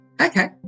okay